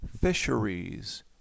fisheries